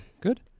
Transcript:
Good